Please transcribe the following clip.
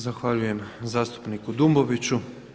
Zahvaljujem zastupniku Dumboviću.